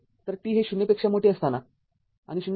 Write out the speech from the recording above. तर t हे ० पेक्षा मोठे असताना आणि ०